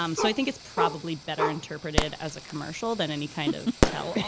um so i think it's probably better interpreted as a commercial than any kind of tell.